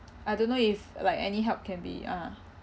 I don't know if like any help can be uh